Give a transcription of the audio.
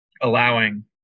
allowing